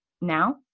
Now